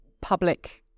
public